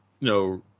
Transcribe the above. no